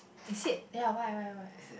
is it ya why why why